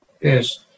Yes